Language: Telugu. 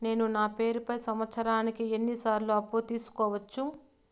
నేను నా పేరుపై సంవత్సరానికి ఎన్ని సార్లు అప్పు తీసుకోవచ్చు?